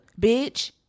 bitch